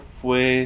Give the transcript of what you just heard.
fue